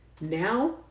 Now